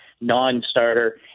non-starter